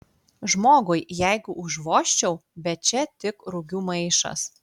žmogui jeigu užvožčiau bet čia tik rugių maišas